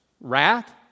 wrath